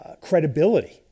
credibility